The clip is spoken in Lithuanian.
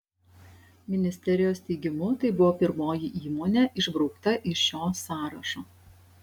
ministerijos teigimu tai buvo pirmoji įmonė išbraukta iš šio sąrašo